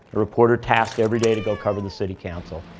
a reporter tasked every day to go cover the city council.